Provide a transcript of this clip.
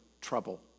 trouble